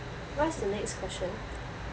what's the next question